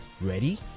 Ready